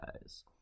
guys